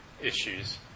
issues